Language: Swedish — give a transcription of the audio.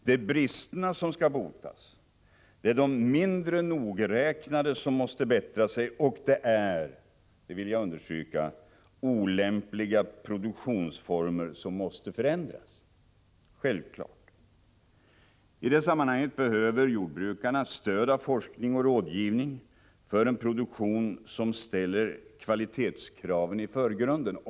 Det är bristerna som skall botas, det är de mindre nogräknade som måste bättra sig, och det är — det vill jag understryka — olämpliga produktionsformer som måste förändras. Detta är självklart. I detta sammanhang behöver jordbrukarna stöd av forskning och rådgivning för en produktion som ställer kvalitetskraven i förgrunden.